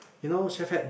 you know Chef Hat